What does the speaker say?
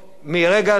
מרגע הינתן האות,